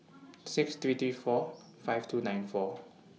six three three four five two nine four